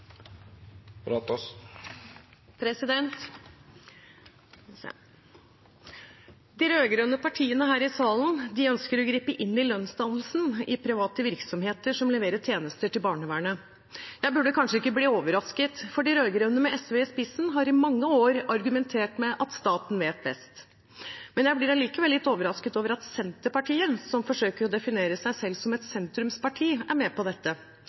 De rød-grønne partiene her i salen ønsker å gripe inn i lønnsdannelsen i private virksomheter som leverer tjenester til barnevernet. Jeg burde kanskje ikke bli overrasket, for de rød-grønne, med SV i spissen, har i mange år argumentert med at staten vet best. Jeg er allikevel litt overrasket over at Senterpartiet, som forsøker å definere seg selv som et sentrumsparti, er med på dette.